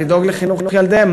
לדאוג לחינוך ילדיהם.